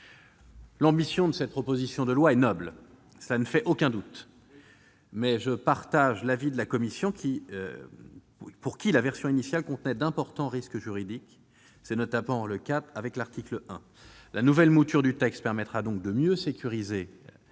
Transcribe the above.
L'ambition de cette proposition de loi est noble ; cela ne fait aucun doute. Absolument ! Mais je partage l'avis de la commission : la version initiale contenait d'importants risques juridiques. C'est notamment le cas pour l'article 1. La nouvelle mouture du texte permettra de mieux sécuriser